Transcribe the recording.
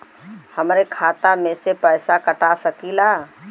हमरे खाता में से पैसा कटा सकी ला?